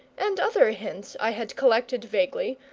and other hints i had collected vaguely,